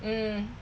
mm